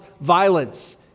violence